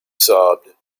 sobbed